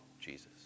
Jesus